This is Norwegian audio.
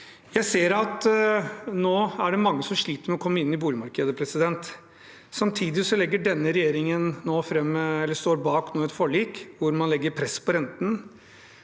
Jeg ser at det nå er mange som sliter med å komme inn i boligmarkedet. Samtidig står denne regjeringen nå bak et forlik hvor man legger press på renten.